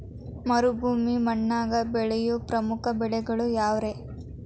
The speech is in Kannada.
ಮರುಭೂಮಿ ಮಣ್ಣಾಗ ಬೆಳೆಯೋ ಪ್ರಮುಖ ಬೆಳೆಗಳು ಯಾವ್ರೇ?